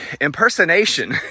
impersonation